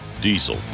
diesel